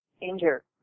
injure